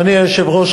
אדוני היושב-ראש,